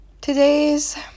today's